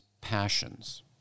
passions